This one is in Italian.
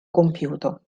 compiuto